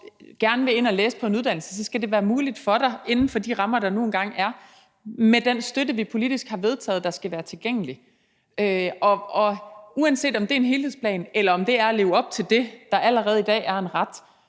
og gerne vil ind at læse på en uddannelse, skal det være muligt for dig inden for de rammer, der nu engang er, og med den støtte, vi politisk har vedtaget skal være tilgængelig. Og uanset om det er en helhedsplan eller om det er at leve op til det, der allerede i dag er en ret,